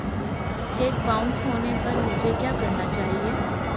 Check bounce होने पर मुझे क्या करना चाहिए?